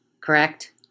Correct